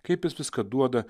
kaip jis viską duoda